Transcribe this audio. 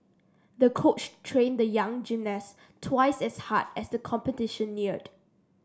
the coach trained the young gymnast twice as hard as the competition neared